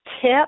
tip